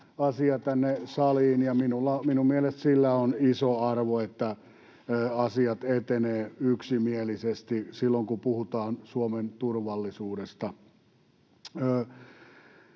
asia tänne saliin, ja minun mielestäni sillä on iso arvo, että asiat etenevät yksimielisesti silloin, kun puhutaan Suomen turvallisuudesta.